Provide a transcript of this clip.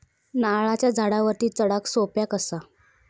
नारळाच्या झाडावरती चडाक सोप्या कसा?